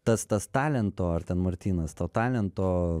tas tas talento ar ten martynas to talento